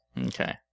Okay